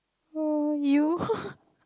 oh you